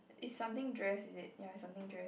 it's something dress is it ya it's something dress